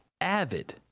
avid